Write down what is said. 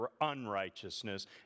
unrighteousness